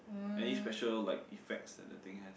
any special like effects that that thing has